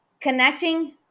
connecting